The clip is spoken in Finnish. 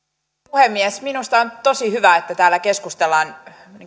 puhemies minusta on tosi hyvä että täällä keskustellaan